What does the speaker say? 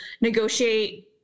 negotiate